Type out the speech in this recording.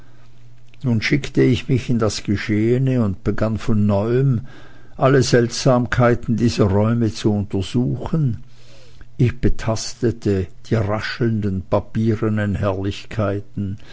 nun schickte ich mich in das geschehene und begann von neuem alle seltsamkeiten dieser räume zu untersuchen ich betastete die raschelnden papiernen herrlichkeiten